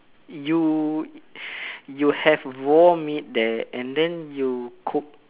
you you have raw meat there and then you cook